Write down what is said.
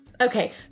Okay